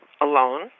alone